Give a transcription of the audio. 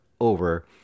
over